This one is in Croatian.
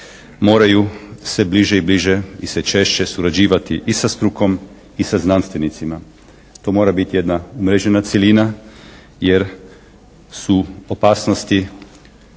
moraju sve bliže i bliže i sve češće surađivati i sa strukom i sa znanstvenicima. To mora biti jedna umrežena cjelina, jer su opasnosti